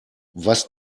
was